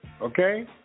Okay